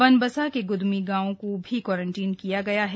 बनबसा के ग्दमी गांव को भी क्वारंटीन किया गया है